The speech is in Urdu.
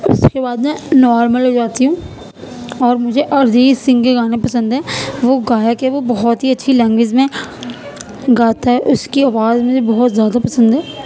اس کے بعد میں نارمل ہو جاتی ہوں اور مجھے ارجیت سنگھ کے گانے پسند ہیں وہ کا ہے کہ وہ بہت ہی اچھی لینگویج میں گاتا ہے اس کی آواز مجھے بہت زیادہ پسند ہے